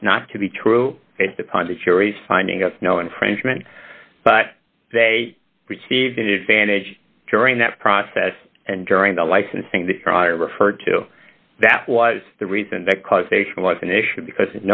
out not to be true based upon the jury's finding of no infringement but they received any advantage during that process and during the licensing the referred to that was the reason that causation was an issue because